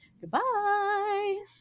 Goodbye